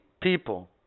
people